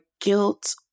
guilt